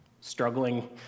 struggling